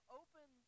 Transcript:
open